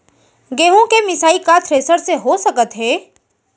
गेहूँ के मिसाई का थ्रेसर से हो सकत हे?